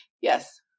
Yes